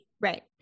Right